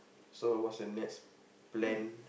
so what's the next plan